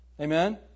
Amen